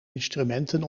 instrumenten